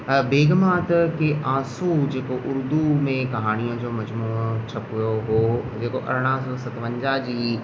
बेगमाहत खे आसूं जेको उर्दू में कहाणीअ जो मजमूओ छपियो हुओ जेको अरिड़हां सौ सतवंजाह जी